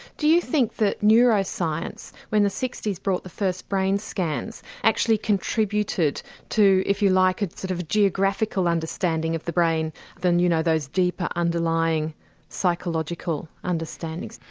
do you think that neuroscience, when the sixty s brought the first brain scans, actually contributed to if you like, a sort of geographical understanding of the brain than you know those deeper underlying psychological understandings?